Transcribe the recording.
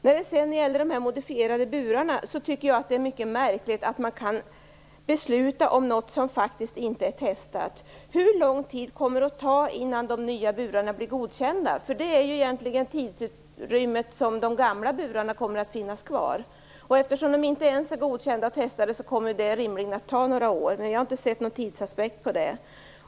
När det sedan gäller de modifierade burarna tycker jag att det är mycket märkligt att man kan besluta om något som inte är testat. Hur lång tid kommer det att ta innan de nya burarna blir godkända? Det är egentligen det tidsutrymme som de gamla burarna kommer att finnas kvar. Eftersom de inte ens är godkända och testade kommer det rimligen att ta några år, men jag har inte sett någon tidsaspekt på det.